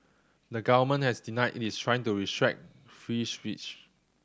the government has denied it is trying to restrict free speech